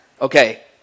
okay